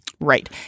Right